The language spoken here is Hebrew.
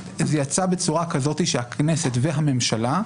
זה יצא בצורה כזאת שהכנסת והממשלה,